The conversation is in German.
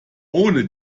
ohne